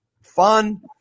fun